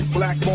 Black